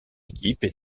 équipes